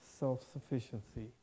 self-sufficiency